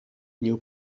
knew